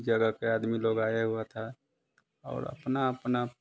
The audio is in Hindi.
जगह के आदमी लोग आया हुआ था और अपना अपना